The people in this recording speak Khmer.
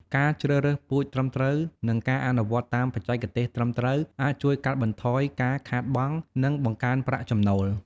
ការជ្រើសរើសពូជត្រឹមត្រូវ និងការអនុវត្តតាមបច្ចេកទេសត្រឹមត្រូវអាចជួយកាត់បន្ថយការខាតបង់ និងបង្កើនប្រាក់ចំណូល។